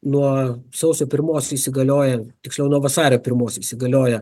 nuo sausio pirmos įsigalioja tiksliau nuo vasario pirmos įsigalioja